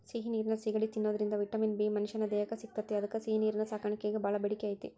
ಸಿಹಿ ನೇರಿನ ಸಿಗಡಿ ತಿನ್ನೋದ್ರಿಂದ ವಿಟಮಿನ್ ಬಿ ಮನಶ್ಯಾನ ದೇಹಕ್ಕ ಸಿಗ್ತೇತಿ ಅದ್ಕ ಸಿಹಿನೇರಿನ ಸಾಕಾಣಿಕೆಗ ಬಾಳ ಬೇಡಿಕೆ ಐತಿ